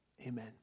Amen